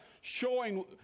showing